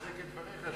רק לחזק את דבריך,